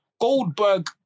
Goldberg